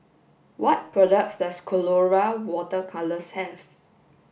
what products does Colora water colours have